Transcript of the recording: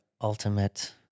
ultimate